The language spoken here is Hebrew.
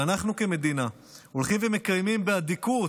שאנחנו כמדינה הולכים ומקיימים באדיקות,